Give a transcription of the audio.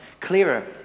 clearer